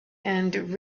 and